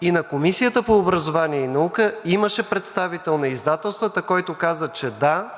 И на Комисията по образование и наука имаше представител на издателствата, който каза, че да,